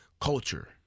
culture